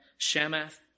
Shamath